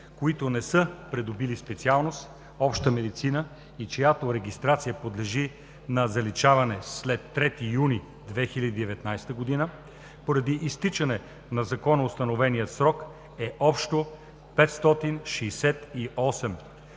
които не са придобили специалност „Обща медицина“ и чиято регистрация подлежи на заличаване след 3 юни 2019 г. поради изтичане на законоустановения срок, е общо 568.